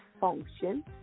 function